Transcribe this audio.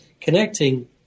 connecting